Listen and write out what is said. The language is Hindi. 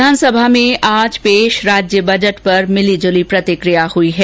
विधानसभा में आज पेश राज्य बजट पर मिलीजुली प्रतिकिया हुई है